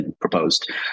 proposed